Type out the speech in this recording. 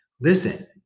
Listen